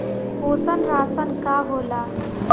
पोषण राशन का होला?